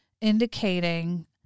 indicating